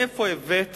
מאיפה הבאת